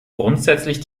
grundsätzlich